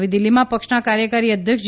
નવી દિલ્હીમાં પક્ષના કાર્યકારી અધ્યક્ષ જે